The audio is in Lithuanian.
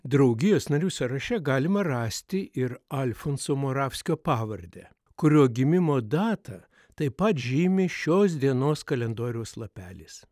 draugijos narių sąraše galima rasti ir alfonso moravskio pavardę kurio gimimo datą taip pat žymi šios dienos kalendoriaus lapelis